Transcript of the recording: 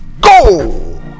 go